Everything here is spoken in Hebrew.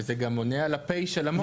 וזה גם עונה על הפ' של המו"פ.